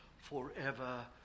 forever